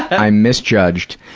i misjudged.